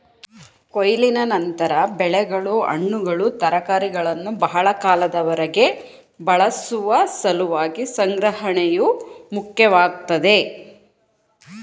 ಕೊಯ್ಲಿನ ನಂತರ ಬೆಳೆಗಳು ಹಣ್ಣುಗಳು ತರಕಾರಿಗಳನ್ನು ಬಹಳ ಕಾಲದವರೆಗೆ ಬಳಸುವ ಸಲುವಾಗಿ ಸಂಗ್ರಹಣೆಯು ಮುಖ್ಯವಾಗ್ತದೆ